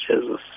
Jesus